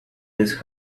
these